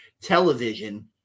television